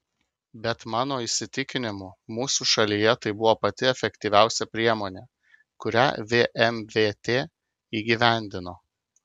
bet mano įsitikinimu mūsų šalyje tai buvo pati efektyviausia priemonė kurią vmvt įgyvendino